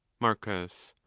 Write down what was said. marcus.